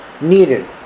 needed